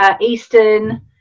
Eastern